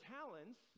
talents